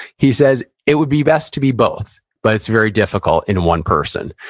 he says, it would be best to be both, but it's very difficult in one person.